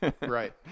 Right